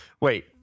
wait